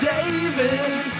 David